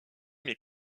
est